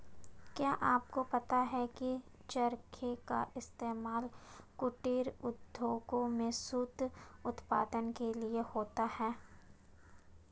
क्या आपको पता है की चरखे का इस्तेमाल कुटीर उद्योगों में सूत उत्पादन के लिए होता है